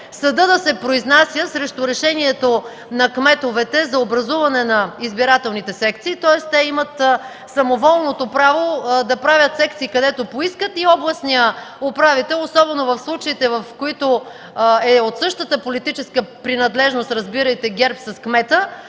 съдът да се произнася срещу решението на кметовете за образуване на избирателните секции. Тоест те имат самоволното право да правят секции където поискат и областният управител, особено в случаите, при които е със същата политическа принадлежност (разбирайте ГЕРБ с кмета),